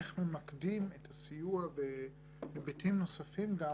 איך ממקדים את הסיוע בהיבטים נוספים גם